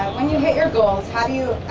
when you hit your goals, how do you